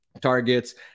targets